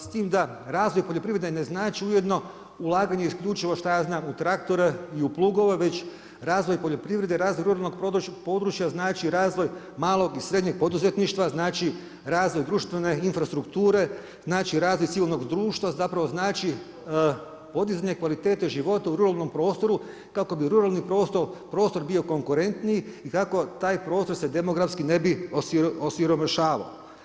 S time da razvoj poljoprivrede ne znači ujedno ulaganje isključivo u šta ja znam u traktore i u plugove, već u razvoj poljoprivrede, razvoj ruralnog područja znači razvoj malog i srednjeg poduzetništva, znači razvoj društvene infrastrukture, znači razvoj civilnog društva, zapravo znači podizanje kvalitete života u ruralnom prostoru kako bi ruralni prostor bio konkurentniji i kako taj prostor se demografski ne bi osiromašavao.